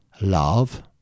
love